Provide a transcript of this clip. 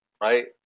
right